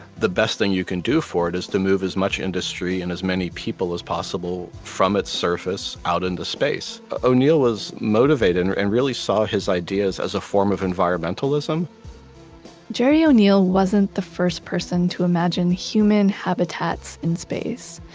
the best thing you can do for it is to move as much industry, and as many people as possible, from its surface out into space. o'neill was motivated and and really saw his ideas as a form of environmentalism gerry o'neill wasn't the first person to imagine human habitats in space.